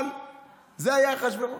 אבל זה היה אחשוורוש,